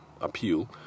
appeal